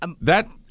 That-